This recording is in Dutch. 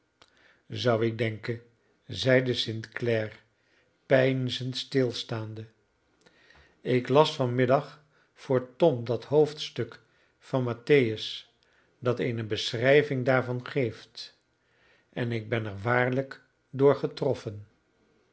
zou ik denken zeide st clare peinzend stilstaande ik las van middag voor tom dat hoofdstuk van mattheus dat eene beschrijving daarvan geeft en ik ben er waarlijk door getroffen